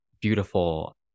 beautiful